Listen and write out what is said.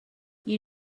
you